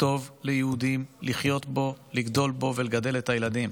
טוב ליהודים לחיות בו, לגדול בו ולגדל את הילדים.